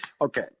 okay